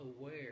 aware